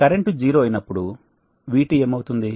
current zero అయినప్పుడు VT ఏమవుతుంది